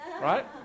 right